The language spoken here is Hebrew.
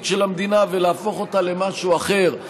של המדינה ולהפוך אותה למשהו אחר.